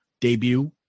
debut